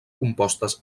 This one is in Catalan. compostes